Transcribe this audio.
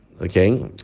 okay